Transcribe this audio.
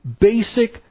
basic